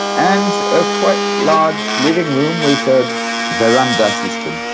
and a quite large living room with a veranda system.